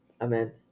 Amen